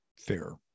fair